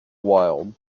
wild